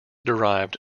derived